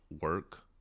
work